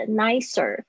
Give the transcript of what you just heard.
nicer